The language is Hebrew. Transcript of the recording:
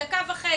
בדקה וחצי,